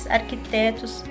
arquitetos